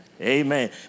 amen